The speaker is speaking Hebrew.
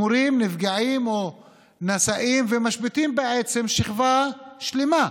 שמורים נפגעים או נשאים ומשביתים שכבה שלמה.